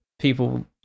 people